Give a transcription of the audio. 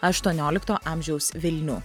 aštuoniolikto amžiaus vilnių